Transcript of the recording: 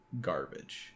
garbage